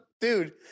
dude